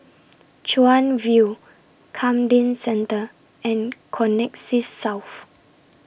Chuan View Camden Centre and Connexis South